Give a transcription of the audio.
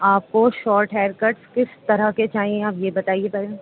آپ کو short hair cut کس طرح کے چاہیے آپ یہ بتائیے پہلے